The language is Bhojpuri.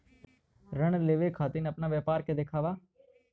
ऋण लेवे के खातिर अपना व्यापार के दिखावा?